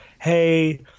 hey